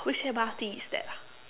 which M_R_T is that ah